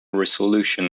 resolution